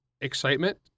excitement